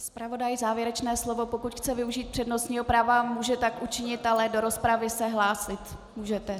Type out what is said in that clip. Zpravodaj závěrečné slovo pokud chce využít přednostního práva, může tak učinit, ale do rozpravy se hlásit můžete.